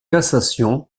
cassation